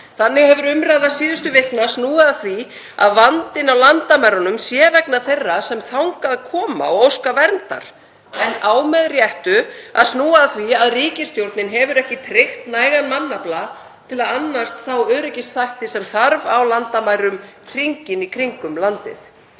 Þannig hefur umræða síðustu vikna snúið að því að vandinn á landamærunum sé vegna þeirra sem þangað koma og óska verndar en á með réttu að snúa að því að ríkisstjórnin hefur ekki tryggt nægan mannafla til að annast þá öryggisþætti sem þarf á landamærum hringinn í kringum landið.